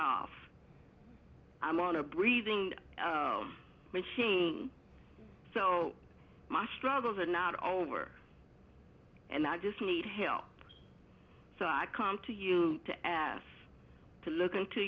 off i'm on a breathing machine so my struggles are not over and i just need help so i come to you to ask to look into